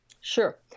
Sure